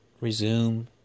resume